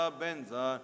benza